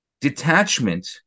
detachment